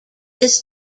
this